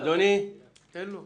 אדוני, תן לו.